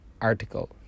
article